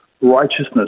righteousness